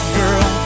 girl